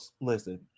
Listen